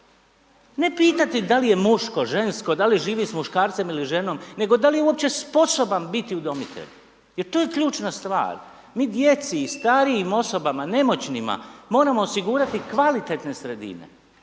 Ne pitati da li je muško, žensko, da li živi s muškarcem ili ženom, nego da li je uopće sposoban biti udomitelj, jer to je ključna stvar. Mi djeci i starijim osobama, nemoćnima, moramo osigurati kvalitetne sredine,